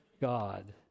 God